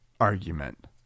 argument